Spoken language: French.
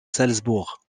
salzbourg